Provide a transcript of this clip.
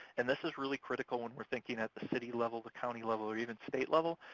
and this is really critical when we're thinking at the city level, the county level, or even state level,